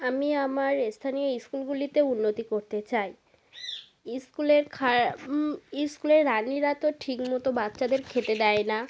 আমি আমার স্থানীয় স্কুলগুলিতে উন্নতি করতে চাই স্কুলের খারাপ স্কুলের রাঁধুনিরা তো ঠিক মতো বাচ্চাদের খেতে দেয় না